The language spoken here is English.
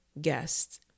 guests